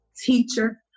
teacher